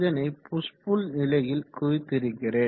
இதனை push pull நிலையில் குறித்திருக்கிறேன்